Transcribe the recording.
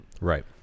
Right